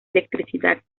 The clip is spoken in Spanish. electricidad